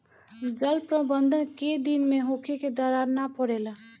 जल प्रबंधन केय दिन में होखे कि दरार न परेला?